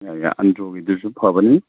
ꯑꯟꯗ꯭ꯔꯣꯒꯤꯗꯨꯁꯨ ꯐꯕꯅꯤ